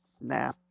nah